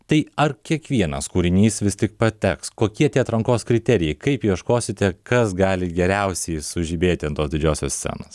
tai ar kiekvienas kūrinys vis tik pateks kokie tie atrankos kriterijai kaip ieškosite kas gali geriausiai sužibėti ant tos didžiosios scenos